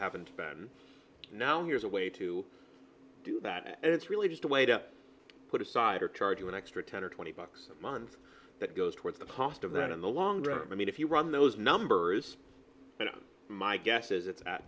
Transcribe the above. haven't been now here's a way to do that and it's really just a way to put aside or charge you an extra ten or twenty bucks a month that goes towards the positive that in the long run i mean if you run those numbers my guess is it